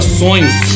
sonhos